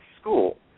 school